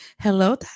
Hello